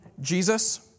Jesus